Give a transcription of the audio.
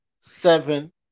seven